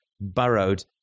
burrowed